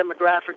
demographic